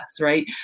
right